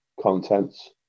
contents